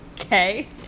Okay